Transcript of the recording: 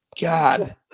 God